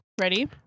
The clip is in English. Ready